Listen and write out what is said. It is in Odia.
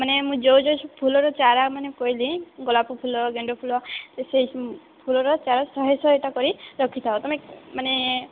ମାନେ ମୁଁ ଯେଉଁ ଯେଉଁ ଫୁଲର ଚାରା ମାନେ କହିଲି ଗୋଲାପ ଫୁଲ ଗେଣ୍ଡୁ ଫୁଲ ସେହି ଫୁଲର ଚାରା ଶହେ ଶହେଟା କରି ରଖିଥାଅ ତୁମେ ମାନେ